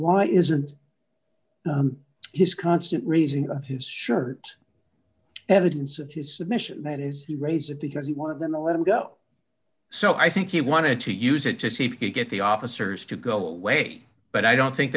why isn't his constant raising of his shirt evidence of his submission that is he raised it because he wanted them to let him go so i think he wanted to use it to see if you get the officers to go away but i don't think